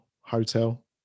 hotel